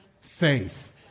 faith